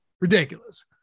Ridiculous